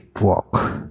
walk